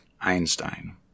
Einstein